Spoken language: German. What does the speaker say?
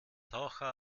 taucher